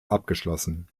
abgeschlossen